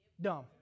dumb